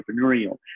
entrepreneurial